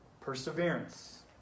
Perseverance